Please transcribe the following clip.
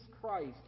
Christ